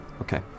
Okay